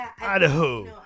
Idaho